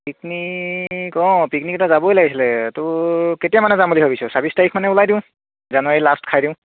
picnic অঁ picnic এটা যাবই লাগিছিলে তোৰ কেতিয়া মানে যাম বুলি ভাবিছে চাবিছ তাৰিখ মানে ওলাই দিওঁ জানুৱাৰী লাষ্ট খাই দিওঁ